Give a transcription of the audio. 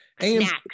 Snacks